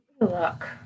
Look